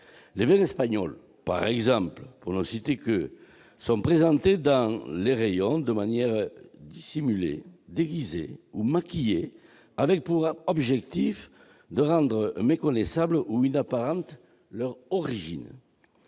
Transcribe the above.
Les vins espagnols par exemple, pour ne citer qu'eux, sont présentés dans les rayons de manière dissimulée, déguisée ou maquillée, avec pour objectif de rendre méconnaissable ou inapparente leur origine.